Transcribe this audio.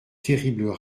terribles